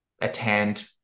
attend